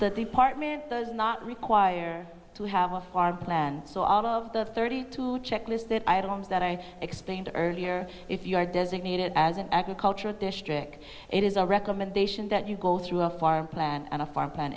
that the part does not require to have a farm plan so out of the thirty two checklist that items that i explained earlier if you are designated as an agricultural dish trick it is a recommendation that you go through a farm plan and a farm plan